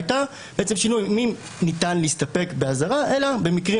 הייתה שינוי מניתן להסתפק באזהרה לכך שבמקרים